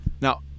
Now